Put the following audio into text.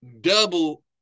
double